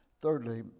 Thirdly